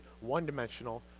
one-dimensional